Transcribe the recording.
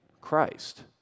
Christ